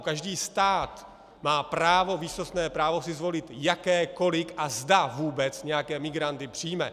Každý stát má právo, výsostné právo si zvolit, jaké, kolik a zda vůbec nějaké migranty přijme.